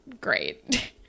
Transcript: great